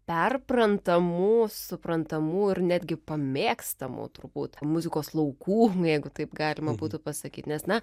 perprantamų suprantamų ir netgi pamėgstamų turbūt muzikos laukų jeigu taip galima būtų pasakyt nes na